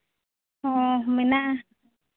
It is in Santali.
ᱢᱮᱱᱟᱜᱼᱟ